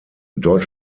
dort